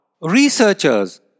Researchers